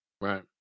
Right